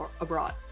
abroad